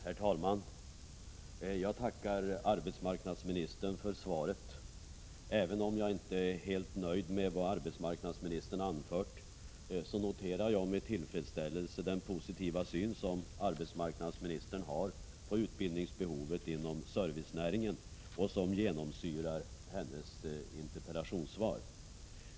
Herr talman! Jag tackar arbetsmarknadsministern för svaret. Även om jag inte är helt nöjd med vad arbetsmarknadsministern anfört så noterar jag med tillfredsställelse den positiva syn som arbetsmarknadsministern har på utbildningsbehovet inom servicenäringen och som genomsyrar hennes interpellationssvar.